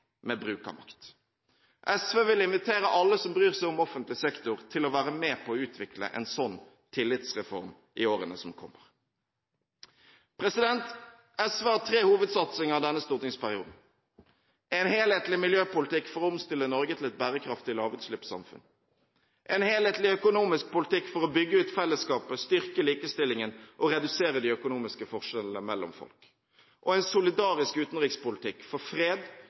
med brukermakt. SV vil invitere alle som bryr seg om offentlig sektor, til å være med på å utvikle en sånn tillitsreform i årene som kommer. SV har tre hovedsatsinger denne stortingsperioden: En helhetlig miljøpolitikk for å omstille Norge til et bærekraftig lavutslippssamfunn, en helhetlig økonomisk politikk for å bygge ut fellesskapet, styrke likestillingen og redusere de økonomiske forskjellene mellom folk og en solidarisk utenrikspolitikk for fred,